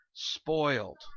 Spoiled